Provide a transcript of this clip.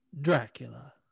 Dracula